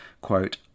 quote